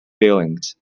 feelings